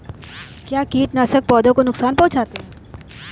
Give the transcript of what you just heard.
क्या कीटनाशक पौधों को नुकसान पहुँचाते हैं?